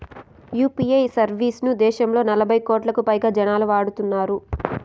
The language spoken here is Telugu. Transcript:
యూ.పీ.ఐ సర్వీస్ ను దేశంలో నలభై కోట్లకు పైగా జనాలు వాడుతున్నారు